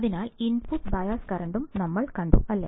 അതിനാൽ input bias കറന്റും ഞങ്ങൾ കണ്ടു അല്ലേ